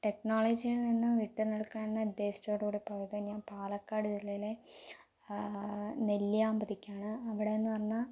ടെക്നോളജിയിൽ നിന്നും വിട്ടുനിൽകണമെന്ന ഉദ്ദേശത്തോടുകൂടി പോയത് ഞാൻ പാലക്കാട് ജില്ലയിലെ നെല്ലിയാമ്പതിക്കാണ് അവിടെയെന്ന് പറഞ്ഞാൽ